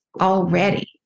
already